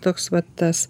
toks vat tas